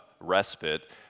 respite